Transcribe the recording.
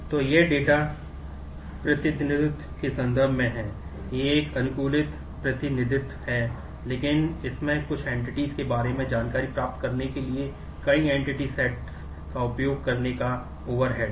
तो यह डेटा है